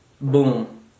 boom